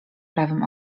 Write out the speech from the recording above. prawym